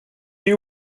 you